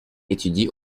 étudie